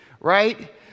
right